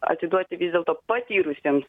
atiduoti vis dėlto patyrusiems